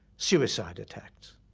suicide attacks.